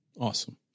Awesome